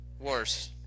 worse